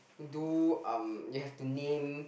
do um you have to name